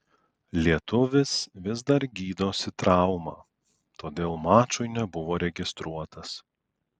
lietuvis vis dar gydosi traumą todėl mačui nebuvo registruotas